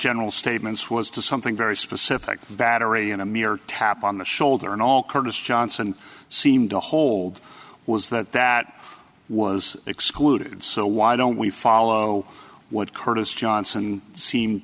general statements was to something very specific battery in a mere tap on the shoulder and all curtis johnson seemed to hold was that that was excluded so why don't we follow what curtis johnson seemed